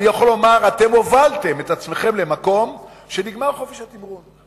אני יכול לומר: אתם הובלתם את עצמכם למקום שבו נגמר חופש התמרון.